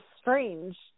strange